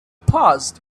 paused